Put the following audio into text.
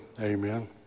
Amen